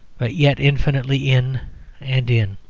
but yet infinitely in and in.